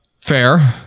Fair